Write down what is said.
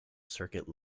circuit